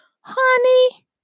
honey